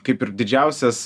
kaip ir didžiausias